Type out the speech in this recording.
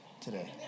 today